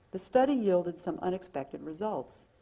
the study yielded some unexpected results.